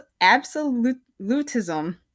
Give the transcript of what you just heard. Absolutism